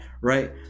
right